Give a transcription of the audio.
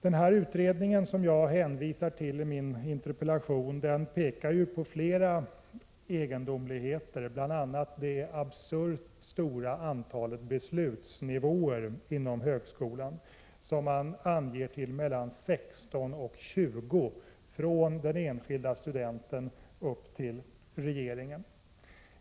I den utredning som jag hänvisar till i min interpellation pekar man på flera egendomligheter, bl.a. det absurt stora antalet beslutsnivåer inom högskolan, som man anger till mellan 16 och 20, från den enskilde studenten och upp till regeringen.